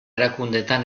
erakundeetan